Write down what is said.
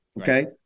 okay